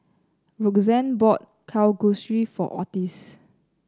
Roxanne bought Kalguksu for Ottis